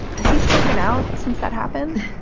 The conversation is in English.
has he spoken out since that happened?